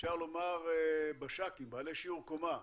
אפשר לומר בש"קים, בעלי שיעור קומה,